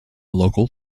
local